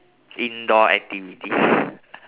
indoor activities